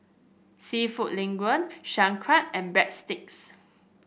seafood Linguine Sauerkraut and Breadsticks